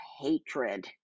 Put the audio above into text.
hatred